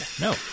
No